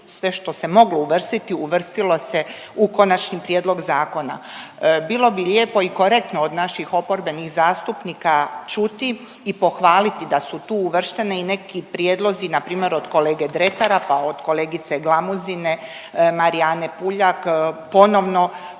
sve što se moglo uvrstiti uvrstilo se u konačni prijedlog zakona. Bilo bi lijepo i korektno od naših oporbenih zastupnika čuti i pohvaliti da su tu uvršteni i neki prijedlozi na primjer od kolege Dretara, pa od kolegice Glamuzine, Marijane Puljak ponovno